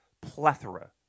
plethora